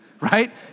right